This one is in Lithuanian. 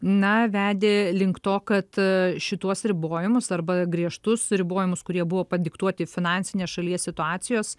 na vedė link to kad šituos ribojimus arba griežtus ribojimus kurie buvo padiktuoti finansinės šalies situacijos